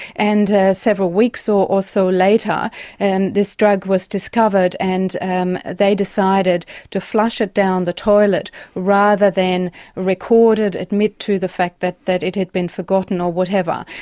and several weeks or or so later and this drug was discovered, and um they decided to flush it down the toilet rather than record it, admit to the fact that that it had been forgotten or whatever.